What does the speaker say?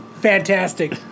fantastic